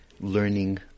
learning